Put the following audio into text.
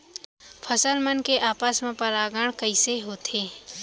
फसल मन के आपस मा परागण कइसे होथे?